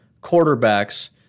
quarterbacks